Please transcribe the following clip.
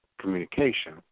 communication